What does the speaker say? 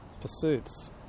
pursuits